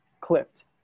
Clipped